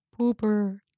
Pooper